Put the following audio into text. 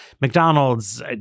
McDonald's